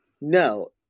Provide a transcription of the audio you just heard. No